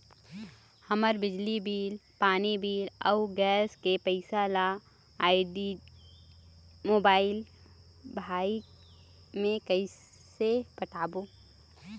हमर बिजली बिल, पानी बिल, अऊ गैस के पैसा ला आईडी, मोबाइल, भाई मे कइसे पटाबो?